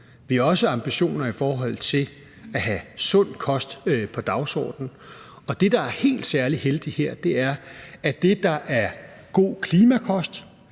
Vi har også ambitioner i forhold til at have sund kost på dagsordenen. Det, der er særlig heldigt her, er, at det, der er god klimakost,